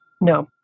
No